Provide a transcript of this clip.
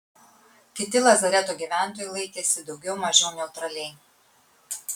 kiti lazareto gyventojai laikėsi daugiau mažiau neutraliai